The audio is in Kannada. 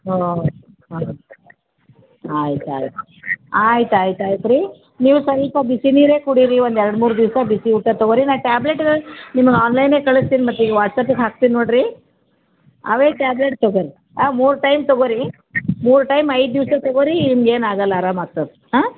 ಹಾಂ ಆಯ್ತು ಆಯಿತು ಆಯ್ತು ಆಯ್ತು ಆಯ್ತು ರೀ ನೀವು ಸ್ವಲ್ಪ ಬಿಸಿ ನೀರೇ ಕುಡೀರಿ ಒಂದು ಎರಡು ಮೂರು ದಿವಸ ಬಿಸಿ ಊಟ ತಗೊಳಿ ನಾ ಟ್ಯಾಬ್ಲೆಟ್ ನಿಮ್ಗೆ ಆನ್ಲೈನೇ ಕಳ್ಸ್ತೀನಿ ಮತ್ತೆ ಈಗ ವಾಟ್ಸ್ಯಾಪಿಗೆ ಹಾಕ್ತೀನಿ ನೋಡಿರಿ ಅವೇ ಟ್ಯಾಬ್ಲೆಟ್ ತಗೊಳಿ ಆಂ ಮೂರು ಟೈಮ್ ತಗೊಳಿ ಮೂರು ಟೈಮ್ ಐದು ದಿವಸ ತಗೊಳಿ ನಿಮ್ಗೆ ಏನಾಗೋಲ್ಲ ಆರಾಮ ಆಗ್ತದೆ ಆಂ